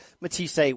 Matisse